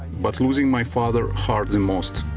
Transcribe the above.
but losing my father hurt the most.